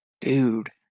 Dude